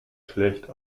schlecht